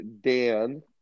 Dan